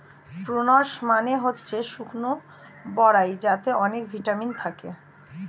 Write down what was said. prunes মানে হচ্ছে শুকনো বরাই যাতে অনেক ভিটামিন থাকে